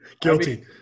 Guilty